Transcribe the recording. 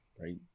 right